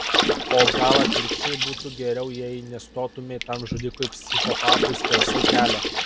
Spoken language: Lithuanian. o gal atvirkščiai būtų geriau jei nestotumei tam žudikui psichopatui skersai kelio